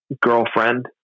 girlfriend